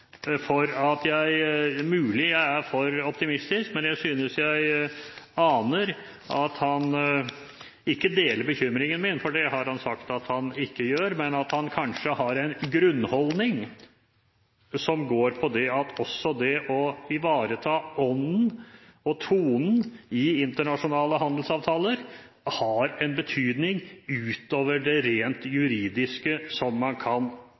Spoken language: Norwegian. er mulig jeg er for optimistisk – fordi jeg synes jeg aner, ikke at han deler bekymringen min, for det har han sagt at han ikke gjør, men at han kanskje har en grunnholdning hvor det å ivareta ånden og tonen i internasjonale handelsavtaler, har en betydning utover det rent juridiske som man kan